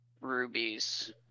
rubies